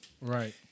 Right